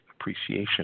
appreciation